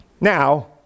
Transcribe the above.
Now